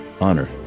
honor